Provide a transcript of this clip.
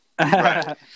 Right